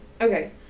Okay